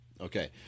Okay